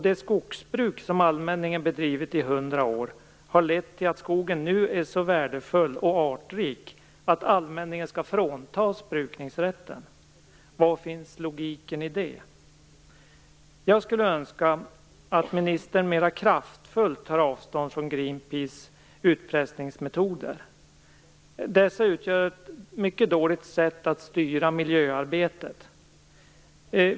Det skogsbruk som allmänningen bedrivit i 100 år har lett till att skogen nu är så värdefull och artrik att allmänningen skall fråntas brukningsrätten. Var finns logiken i det? Jag skulle önska att ministern mera kraftfullt tar avstånd från Greenpeace utpressningsmetoder. Dessa utgör ett mycket dåligt sätt att styra miljöarbetet.